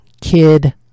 Kid